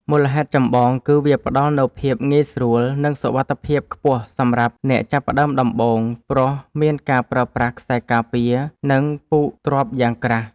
មូលហេតុចម្បង គឺវាផ្ដល់នូវភាពងាយស្រួល និងសុវត្ថិភាពខ្ពស់សម្រាប់អ្នកចាប់ផ្ដើមដំបូង ព្រោះមានការប្រើប្រាស់ខ្សែការពារ និងពូកទ្រាប់យ៉ាងក្រាស់។